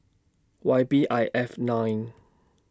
Y B I five nine